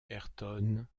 ayrton